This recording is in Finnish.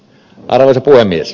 arvoisa puhemies